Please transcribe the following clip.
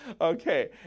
okay